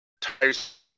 Tyrese